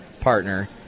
partner